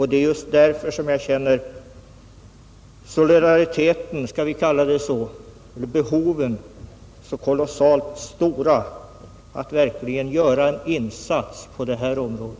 Det är just därför som jag känner solidariteten — skall vi kalla det så — så stark, att jag anser att vi måste göra en insats på detta område.